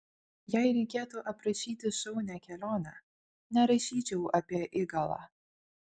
jei reikėtų aprašyti šaunią kelionę nerašyčiau apie igalą